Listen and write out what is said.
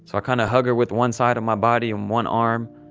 so, i kind of hug her with one side of my body and one arm.